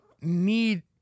need